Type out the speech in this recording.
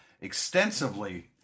extensively